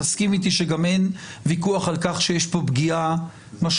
תסכים איתי שגם אין וויכוח על כך שיש פה פגיעה משמעותית.